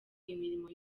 imirimo